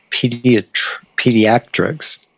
Pediatrics